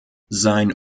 sein